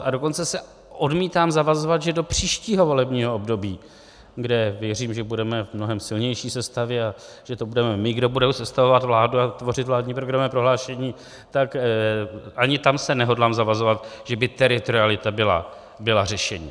A dokonce se odmítám zavazovat, že do příštího volebního období, kde věřím, že budeme v mnohem silnější sestavě a že to budeme my, kdo bude sestavovat vládu a tvořit vládní programy a prohlášení, tak ani tam se nehodlám zavazovat, že by teritorialita byla řešení.